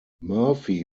murphy